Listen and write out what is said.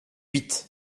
huit